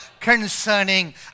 Concerning